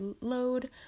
load